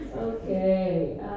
Okay